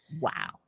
Wow